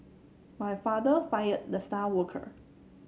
my father fired the star worker